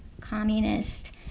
communist